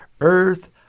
earth